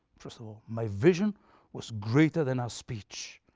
first of all, my vision was greater than our speech,